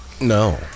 No